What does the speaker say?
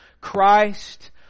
Christ